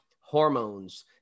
hormones